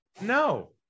No